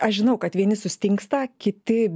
aš žinau kad vieni sustingsta kiti